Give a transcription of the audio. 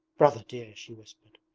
brother dear she whispered,